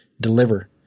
deliver